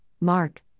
Mark